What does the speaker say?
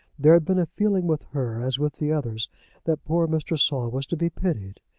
there had been a feeling with her as with the others that poor mr. saul was to be pitied.